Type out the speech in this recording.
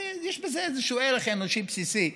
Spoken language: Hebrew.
יש בזה איזשהו ערך אנושי בסיסי,